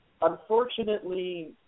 Unfortunately